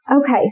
Okay